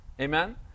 Amen